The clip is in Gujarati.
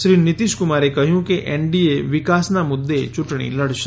શ્રી નીતીશકુમારે કહ્યું કે એનડીએ વિકાસના મુદૃે ચુંટણી લડશે